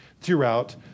throughout